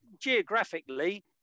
geographically